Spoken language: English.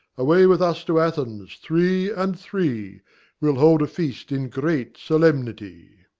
away with us to athens, three and three we'll hold a feast in great solemnity.